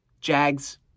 Jags